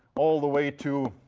all the way to